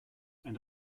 and